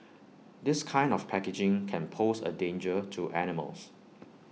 this kind of packaging can pose A danger to animals